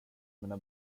mina